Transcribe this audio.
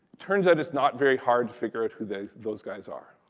turns out it's not very hard to figure out who those those guys are.